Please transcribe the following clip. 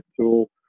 tool